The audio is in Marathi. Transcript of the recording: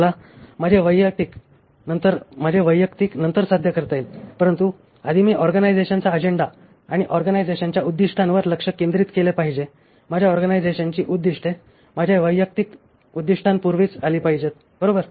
मला माझे वैयक्तिक नंतर साध्य करता येईल परंतु आधी मी ऑर्गनायझेशनचा अजेंडा आणि ऑर्गनायझेशनच्या उद्दीष्टांवर लक्ष केंद्रित केले पाहिजे माझ्या ऑर्गनायझेशनची उद्दीष्टे माझ्या वैयक्तिक उद्दिष्टांपूर्वीच आली पाहिजेत बरोबर